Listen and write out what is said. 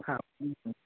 ಹಾಂ